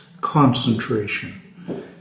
concentration